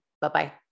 Bye-bye